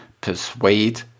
persuade